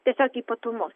tiesiog ypatumu